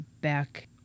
back